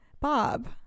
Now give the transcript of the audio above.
Bob